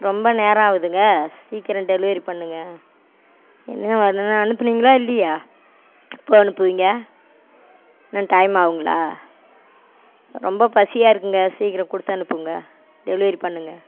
ரொம்ப நேரம் ஆகுதுங்க சீக்கிரம் டெலிவரி பண்ணுங்கள் இன்னும் வரல அனுப்புனீங்களா இல்லையா எப்போது அனுப்புவிங்க இன்னும் டைம் ஆகுங்களா ரொம்ப பசியாக இருக்குங்க சீக்கிரம் கொடுத்தனுப்புங்க டெலிவரி பண்ணுங்கள்